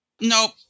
Nope